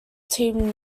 team